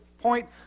point